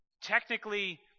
technically